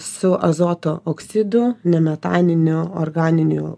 su azoto oksidu nemetaniniu organiniu